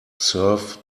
serve